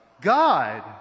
God